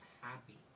happy